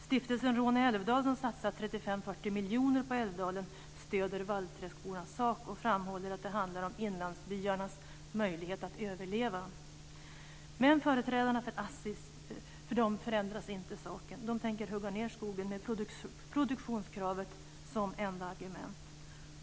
Stiftelsen Råne älvdal, som satsat 35-40 miljoner på älvdalen, stöder Valvträskbornas sak och framhåller att det handlar om inlandsbyarnas möjlighet att överleva. Men för företrädarna för Assi Domän förändras inte saken. De tänker hugga ned skogen med produktionskravet som enda argument.